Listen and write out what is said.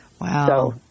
Wow